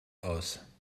aus